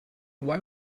why